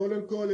קודם כל,